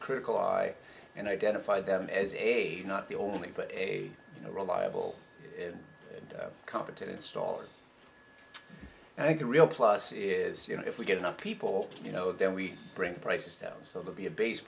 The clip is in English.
critical eye and identify them as aid not the only but a reliable and competent installer and i think the real plus is you know if we get enough people you know then we bring prices down so it will be a base